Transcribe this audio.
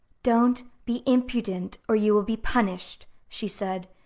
don't be impudent, or you will be punished, she said.